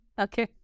Okay